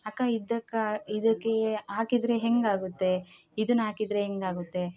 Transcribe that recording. ಅಕ್ಕ ಇದಕ್ಕೆ ಇದಕ್ಕೇ ಹಾಕಿದ್ರೆ ಹೆಂಗಾಗುತ್ತೆ ಇದುನಾಕಿದರೆ ಹೆಂಗಾಗುತ್ತೆ